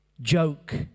joke